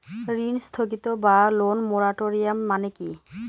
ঋণ স্থগিত বা লোন মোরাটোরিয়াম মানে কি?